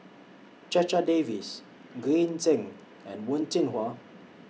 Checha Davies Green Zeng and Wen Jinhua